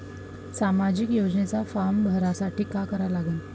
सामाजिक योजनेचा फारम भरासाठी का करा लागन?